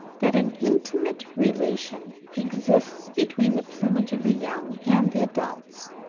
that an intimate relation exists between the plumage of the young and the adults,